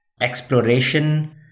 exploration